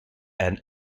and